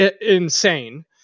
insane